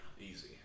easy